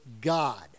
God